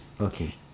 Okay